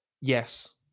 Yes